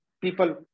people